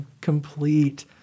complete